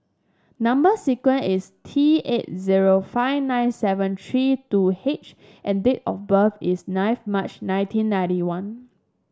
number sequence is T eight zero five nine seven three two H and date of birth is ninth March nineteen ninety one